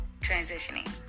transitioning